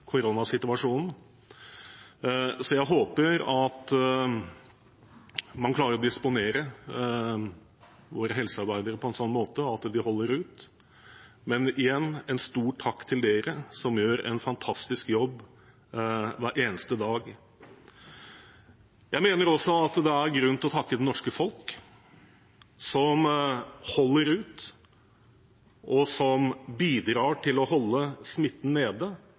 så jeg håper at man klarer å disponere våre helsearbeidere på en sånn måte at de holder ut. Men igjen: En stor takk til dere som gjør en fantastisk jobb hver eneste dag. Jeg mener også at det er grunn til å takke det norske folk, som holder ut, og som bidrar til å holde smitten nede